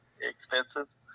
expenses